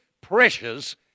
pressures